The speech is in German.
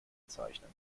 bezeichnen